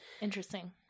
Interesting